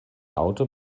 auto